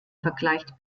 vergleicht